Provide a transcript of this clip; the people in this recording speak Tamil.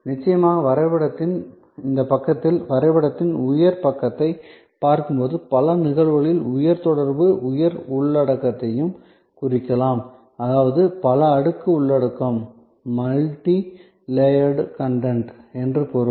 நிச்சயமாக வரைபடத்தின் இந்தப் பக்கத்தில் வரைபடத்தின் உயர் பக்கத்தைப் பார்க்கும் பல நிகழ்வுகளில் உயர் தொடர்பு உயர் உள்ளடக்கத்தையும் குறிக்கலாம் அதாவது பல அடுக்கு உள்ளடக்கம் என்று பொருள்